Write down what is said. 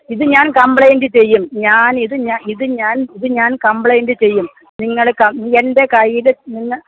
ഇത് ഞാൻ കംപ്ലയിന്റ് ചെയ്യും ഞാൻ ഇത് ഞാ ഇത് ഞാൻ ഇത് ഞാൻ കംപ്ലയിന്റ് ചെയ്യും നിങ്ങള് എന്റെ കൈയില് നിങ്ങ